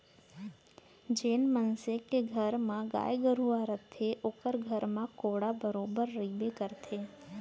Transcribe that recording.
जेन मनसे के घर म गाय गरूवा रथे ओकर घर म कोंढ़ा बरोबर रइबे करथे